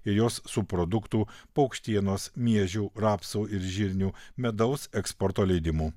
ir jos subproduktų paukštienos miežių rapsų ir žirnių medaus eksporto leidimų